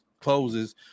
closes